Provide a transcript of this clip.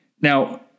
Now